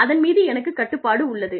அதன் மீது எனக்கு கட்டுப்பாடு உள்ளது